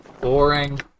boring